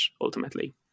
ultimately